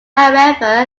however